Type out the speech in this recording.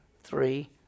three